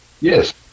Yes